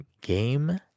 Game